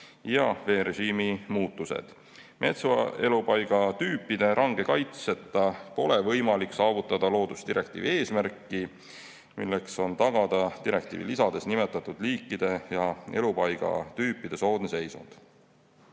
veerežiimi muutused. Metsaelupaigatüüpide range kaitseta pole võimalik saavutada loodusdirektiivi eesmärki, milleks on tagada direktiivi lisades nimetatud liikide ja elupaigatüüpide soodne seisund.